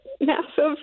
massive